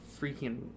freaking